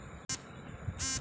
Gold bond क्या है?